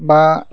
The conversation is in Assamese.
বা